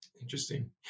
Interesting